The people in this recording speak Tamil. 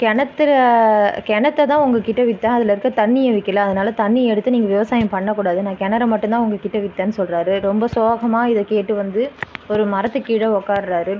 கிணத்துல கிணத்தை தான் உங்கள் கிட்ட விற்றேன் அதில் இருக்கிற தண்ணியை விற்கலை அதனாலே தண்ணியை எடுத்து நீங்கள் விவசாயம் பண்ணக்கூடாது நான் கெணறை மட்டும் தான் உங்கள் கிட்டே விற்றேன்னு சொல்கிறாரு ரொம்ப சோகமாக இதை கேட்டு வந்து ஒரு மரத்துக் கீழே உக்கார்றாரு